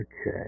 okay